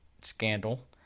scandal